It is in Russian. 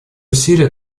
усилия